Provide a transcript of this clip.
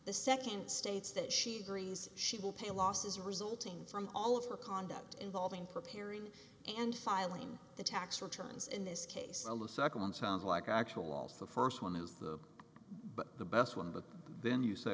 the second states that she agrees she will pay losses resulting from all of her conduct involving preparing and filing the tax returns in this case on the second one sounds like an actual loss the first one is the but the best one but then